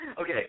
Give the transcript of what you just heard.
Okay